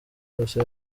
yose